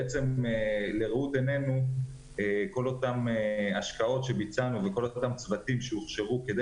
בעצם לראות עינינו כל אותן השקעות שביצענו וכל אותם צוותים שהוכשרו כדי